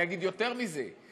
אני אגיד יותר מזה,